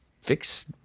fix